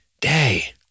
day